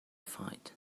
fight